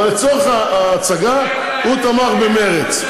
אבל לצורך ההצגה הוא תמך במרצ,